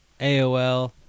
AOL